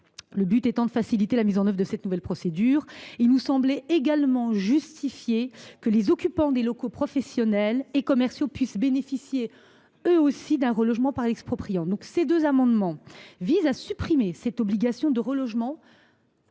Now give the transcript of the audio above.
ce faisant, de faciliter la mise en œuvre de la nouvelle procédure. Il nous semblait également légitime que les occupants de locaux professionnels et commerciaux puissent bénéficier, eux aussi, d’un relogement par l’expropriant. Ces deux amendements visent à supprimer cette obligation de relogement